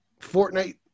Fortnite